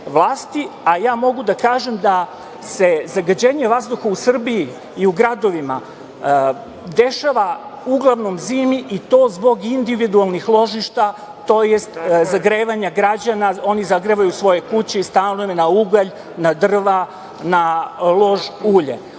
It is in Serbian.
vlasti. Mogu da kažem da se zagađenje vazduha u Srbiji i u gradovima dešava uglavnom zimi i to zbog tog individualnih ložišta tj. zagrevanja građana, oni zagrevaju svoje kuće i stanove na ugalj, na drva, na lož ulje,